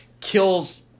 kills